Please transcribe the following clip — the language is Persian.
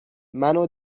منو